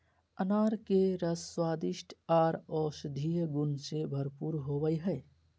अनार के रस स्वादिष्ट आर औषधीय गुण से भरपूर होवई हई